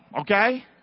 okay